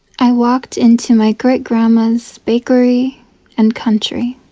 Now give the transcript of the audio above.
i waked into my great grandma's bakery and country.